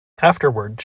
afterwards